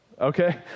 Okay